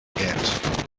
get